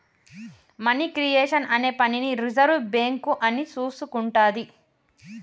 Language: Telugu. మనీ క్రియేషన్ అనే పనిని రిజర్వు బ్యేంకు అని చూసుకుంటాది